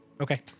Okay